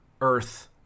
earth